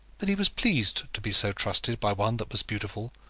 that he was pleased to be so trusted by one that was beautiful,